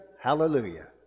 Hallelujah